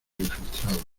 infiltrados